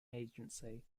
agency